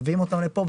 מביאים אותם לפה,